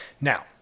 Now